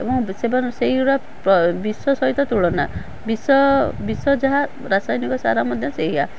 ଏବଂ ସେଗୁରା ବିଷ ସହିତ ତୁଳନା ବିଷ ବିଷ ଯାହା ରାସାୟନିକ ସାର ମଧ୍ୟ ସେଇଆ